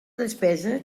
despesa